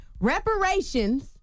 reparations